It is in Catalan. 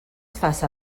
faça